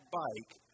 bike